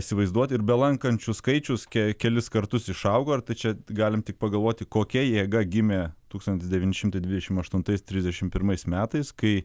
įsivaizduoti ir belankančių skaičius ke kelis kartus išaugo ir tai čia galim tik pagalvoti kokia jėga gimė tūkstantis devyni šimtai dvidešim aštuntais trisdešim pirmais metais kai